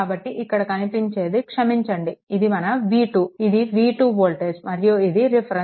కాబట్టి ఇక్కడ కనిపించేది క్షమించండి ఇది మన v2 ఇది v2 వోల్టేజ్ మరియు ఇది రిఫరెన్స్ నోడ్